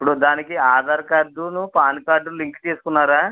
ఇప్పుడు దానికి ఆధార్ కార్డును పాన్ కార్డు లింక్ చేసుకున్నారా